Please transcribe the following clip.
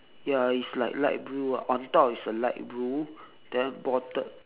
ya it's like light blue ah on top is a light blue then bottom